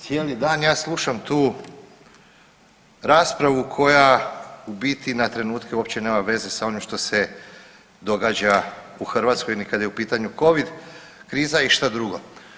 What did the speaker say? Cijeli dan ja slušam tu raspravu koja u biti na trenutke uopće nema veze sa onim šta se događa u Hrvatskoj ni kad je u pitanju covid, kriza i šta drugo.